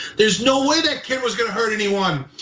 there's no way that kid was gonna hurt anyone.